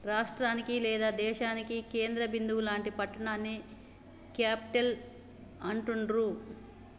రాష్టానికి లేదా దేశానికి కేంద్ర బిందువు లాంటి పట్టణాన్ని క్యేపిటల్ అంటాండ్రు